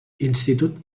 institut